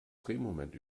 drehmoment